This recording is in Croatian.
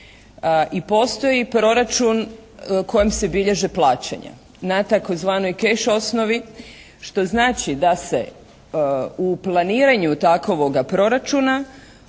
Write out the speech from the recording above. I postoji proračun kojim se bilježe plaćanje na tzv. «keš» osnovi što znači da se u planiranju takovoga proračuna